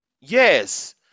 Yes